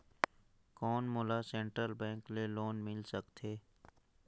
कौन मोला central bank ले लोन मिल सकथे?